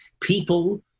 people